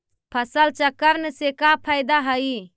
फसल चक्रण से का फ़ायदा हई?